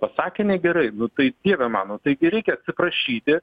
pasakė negerai nu tai dieve mano taigi reikia atsiprašyti